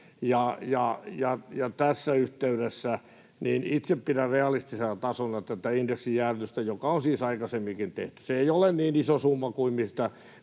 Tässä yhteydessä itse pidän realistisena tasona tätä indeksijäädytystä, joka on siis aikaisemminkin tehty. Se ei ole niin iso summa kuin mistä